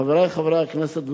חברי חברי הכנסת,